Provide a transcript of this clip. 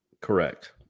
Correct